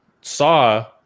saw